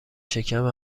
شکم